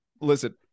Listen